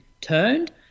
turned